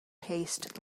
haste